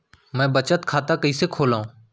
मै बचत खाता कईसे खोलव?